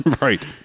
Right